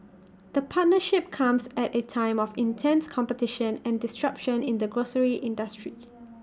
the partnership comes at A time of intense competition and disruption in the grocery industry